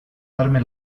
darme